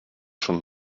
von